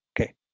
Okay